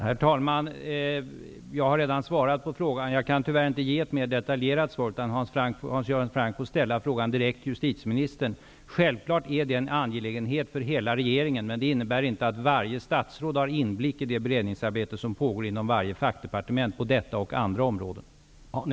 Herr talman! Jag har redan svarat på frågan. Jag kan tyvärr inte ge ett mer detaljerat svar nu, utan Hans Göran Franck får ställa frågan direkt till justitieministern. Självfallet är det här en angelägenhet för hela regeringen, men det innebär inte att varje statsråd har inblick i det beredningsarbete som pågår inom varje fackdepartement på detta och andra områden.